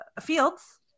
fields